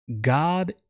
God